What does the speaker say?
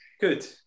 Good